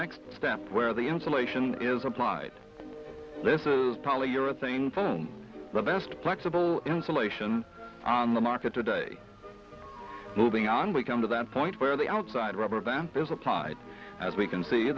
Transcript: next step where the insulation is applied this is polyurethane foam the best flexible insulation on the market today moving on we come to that point where the outside rubber band is applied as we can see